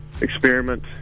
experiment